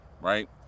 right